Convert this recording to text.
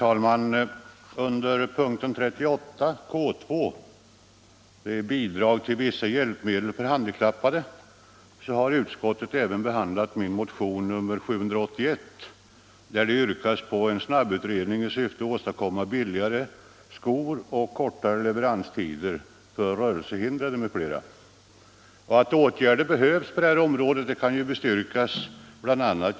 Att åtgärder behövs på detta område bestyrks bl.:a.